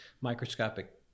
microscopic